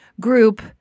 group